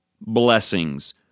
blessings